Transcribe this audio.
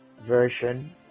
version